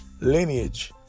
lineage